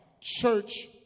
church